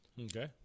Okay